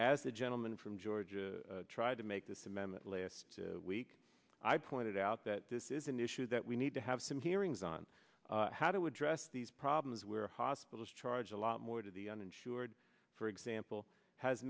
the gentleman from georgia tried to make this amendment last week i pointed out that this is an issue that we need to have some hearings on how to address these problems where hospitals charge a lot more to the uninsured for example has